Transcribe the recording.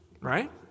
right